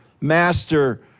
master